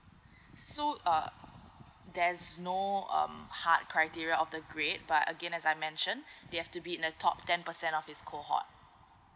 so uh there's no um hard criteria of the grade but again as I mentioned they have to be in the top ten percent of his cohort